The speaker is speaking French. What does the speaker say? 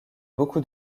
beaucoup